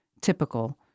typical